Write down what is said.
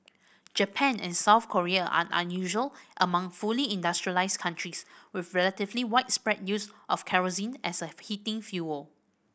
Japan and South Korea are unusual among fully industrialised countries with relatively widespread use of kerosene as a heating fuel